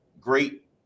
great